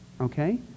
Okay